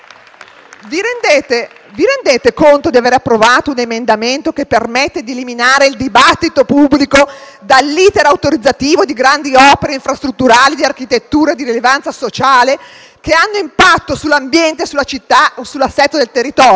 Vi rendete conto di aver approvato un emendamento che permette di eliminare il dibattito pubblico dall'*iter* autorizzativo di grandi opere infrastrutturali e di architetture di rilevanza sociale che hanno impatto sull'ambiente, sulla città o sull'assetto del territorio?